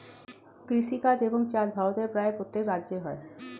কৃষিকাজ এবং চাষ ভারতের প্রায় প্রত্যেক রাজ্যে হয়